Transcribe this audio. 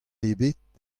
ebet